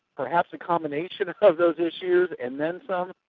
perhaps a combination of those issues and then but